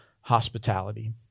hospitality